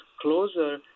closer